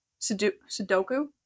Sudoku